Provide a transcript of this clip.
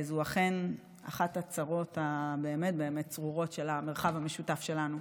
זאת אכן אחת הצרות הבאמת-באמת צרורות במרחב המשותף שלנו.